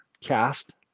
cast